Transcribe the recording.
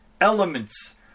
elements